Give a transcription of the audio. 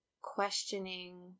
questioning